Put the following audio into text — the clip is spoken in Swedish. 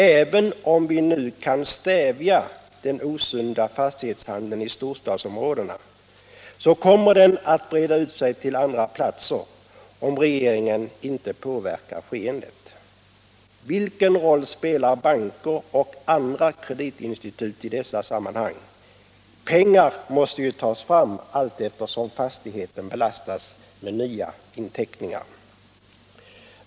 Även om vi nu kan stävja den osunda fastighetshandeln i storstadsområden kommer den att breda ut sig till andra platser om regeringen inte påverkar skeendet. Vilken roll spelar banker och andra kreditinstitut i dessa sammanhang? Pengar måste ju tas fram allteftersom fastigheterna belastas med nya inteckningar.